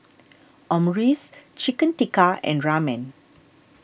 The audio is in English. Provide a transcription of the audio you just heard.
Omurice Chicken Tikka and Ramen